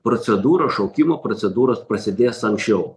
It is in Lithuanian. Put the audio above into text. procedūros šaukimo procedūros prasidės anksčiau